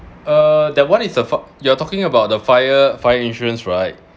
uh that one is a f~ you are talking about the fire fire insurance right